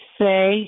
say